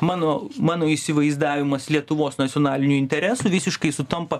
mano mano įsivaizdavimas lietuvos nacionalinių interesų visiškai sutampa